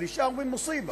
על אישה אומרים: מוס'יבה,